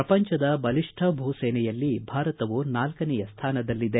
ಪ್ರಪಂಚದ ಬಲಿಷ್ಠ ಭೂ ಸೇನೆಯಲ್ಲಿ ಭಾರತವು ನಾಲ್ಲನೆಯ ಸ್ಥಾನದಲ್ಲಿದೆ